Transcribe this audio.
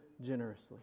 generously